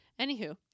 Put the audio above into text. anywho